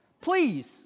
Please